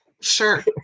Sure